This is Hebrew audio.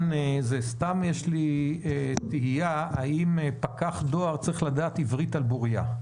סתם יש לי תהייה האם פקח דואר צריך לדעת עברית על בוריה.